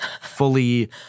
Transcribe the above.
fully